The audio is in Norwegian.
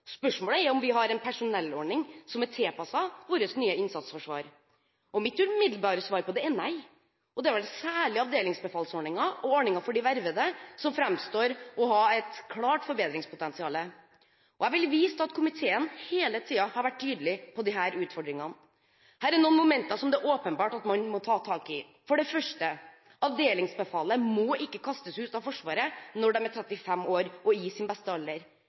Spørsmålet er om vi har en personellordning som er tilpasset vårt nye innsatsforsvar. Mitt umiddelbare svar på det er nei. Det er vel særlig avdelingsbefalsordningen og ordningen for de vervede som framstår som å ha et klart forbedringspotensial. Jeg vil vise til at komiteen hele tiden har vært tydelig på disse utfordringene. Her er noen momenter som det er åpenbart at man må ta tak i. For det første: Avdelingsbefalet må ikke kastes ut av Forsvaret når de er 35 år og i sin beste alder.